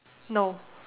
no